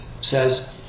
says